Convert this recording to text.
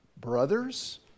brothers